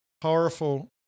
powerful